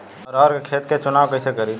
अरहर के खेत के चुनाव कईसे करी?